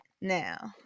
now